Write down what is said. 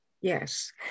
Yes